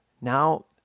now